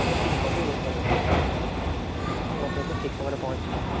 ଆଜ୍ଞା ଠିକ୍ ସବୁ ବ୍ୟବସ୍ଥା ରହିଛି ଆମ ପାଖରେ ଆପଣଙ୍କ ପାଖରେ ଠିକ୍ ସମୟରେ ପହଁଚିଯିବ